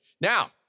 Now